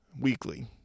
weekly